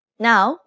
Now